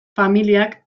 familiak